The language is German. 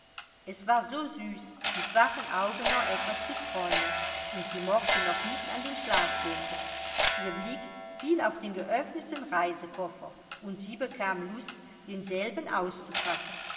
es war so süß mit wachen augen noch etwas zu träumen und sie mochte noch nicht an den schlaf denken ihr blick fiel auf den geöffneten reisekoffer und sie bekam lust denselben auszupacken